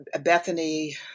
Bethany